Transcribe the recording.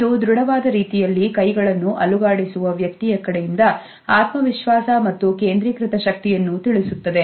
ಇದು ದೃಢವಾದ ರೀತಿಯಲ್ಲಿ ಕೈಗಳನ್ನು ಅಲುಗಾಡಿಸುವ ವ್ಯಕ್ತಿಯ ಕಡೆಯಿಂದ ಆತ್ಮವಿಶ್ವಾಸ ಮತ್ತು ಕೇಂದ್ರೀಕೃತ ಶಕ್ತಿಯನ್ನು ತಿಳಿಸುತ್ತದೆ